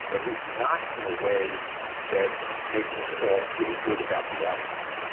at least not in a way that makes us all feel good about the outcome